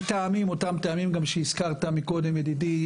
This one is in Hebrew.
מאותם טעמים שהזכיר מקודם ידידי,